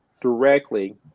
directly